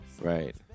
Right